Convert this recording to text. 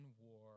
war